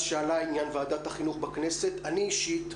שעלה עניין ועדת החינוך בכנסת אני אישית,